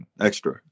extra